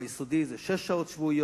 ביסודי זה שש שעות שבועיות.